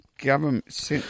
government